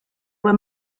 were